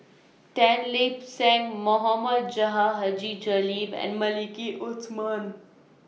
Tan Lip Seng Mohamed Haji Jamil and Maliki Osman